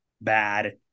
bad